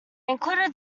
included